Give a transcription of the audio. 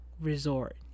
resort